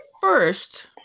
first